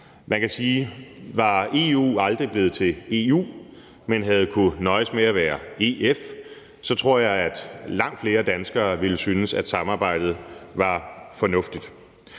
Man kan sige, at var EU aldrig blevet til EU, men havde kunnet nøjes med at være EF, så tror jeg, at langt flere danskere ville synes, at samarbejdet var fornuftigt.